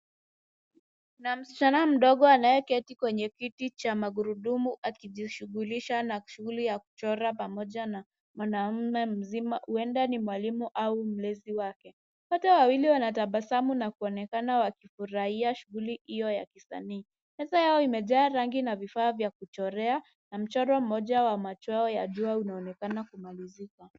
Kuna msichana mdogo anayeketi kwenye kiti cha magurudumu akijishughulisha na shughuli ya kuchora pamoja na mwanaume mzima huenda ni mwalimu au mlezi wake. Wote wawili wanatabasamu na kuonekana wakifurahia shughuli hio ya kisanii. Meza yao imejaa rangi na vifaa vya kuchorea na mchoro mmoja wa machweo ya jua unaonekana kumalizika.